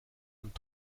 und